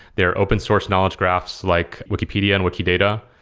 there are open source knowledge graphs like wikipedia, and wikidata,